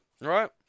Right